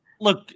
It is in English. look